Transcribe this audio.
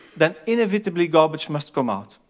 then inevitably garbage must come out.